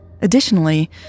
Additionally